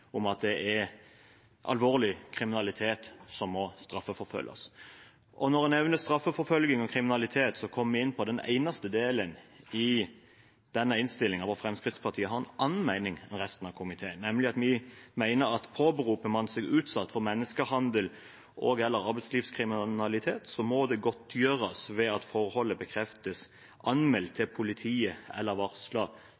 at det er alvorlig kriminalitet som må straffeforfølges. Når jeg nevner straffeforfølgning og kriminalitet, kommer jeg inn på den eneste delen i denne innstillingen hvor Fremskrittspartiet har en annen mening enn resten av komiteen, nemlig at vi mener at påberoper man seg å være utsatt for menneskehandel og/eller arbeidslivskriminalitet, må det godtgjøres ved at forholdet bekreftes